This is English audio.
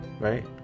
right